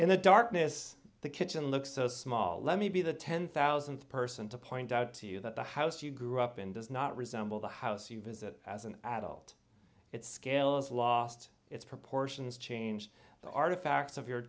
in the darkness the kitchen looks so small let me be the ten thousandth person to point out to you that the house you grew up in does not resemble the house you visit as an adult its scale is lost its proportions change the artifacts of your